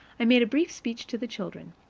i made a brief speech to the children.